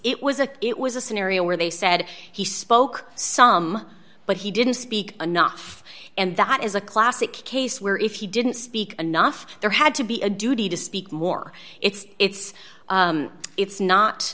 it was a it was a scenario where they said he spoke some but he didn't speak enough and that is a classic case where if he didn't speak enough there had to be a duty to speak more it's it's it's not